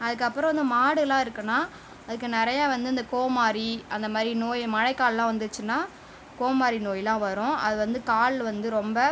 அதற்கப்பறம் அந்த மாடுலாம் இருக்குன்னா அதுக்கு நிறையா வந்து இந்த கோமாதிரி அந்த மாரி நோய் மழைக்காலம்லாம் வந்துச்சின்னா கோமாதிரி நோய்லாம் வரும் அது வந்து கால் வந்து ரொம்ப